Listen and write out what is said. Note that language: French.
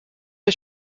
est